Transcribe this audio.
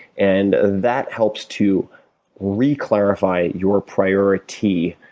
and that helps to re-clarify your priority,